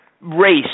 race